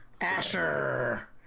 Asher